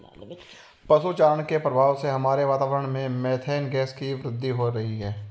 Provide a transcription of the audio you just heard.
पशु चारण के प्रभाव से हमारे वातावरण में मेथेन गैस की वृद्धि हो रही है